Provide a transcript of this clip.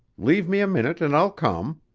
leave me a minute and i'll come